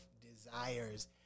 desires